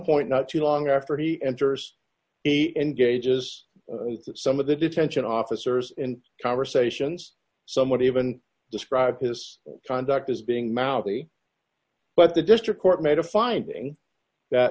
point not too long after he enters he engages some of the detention officers in conversations somewhat even described his conduct as being mouthy but the district court made a finding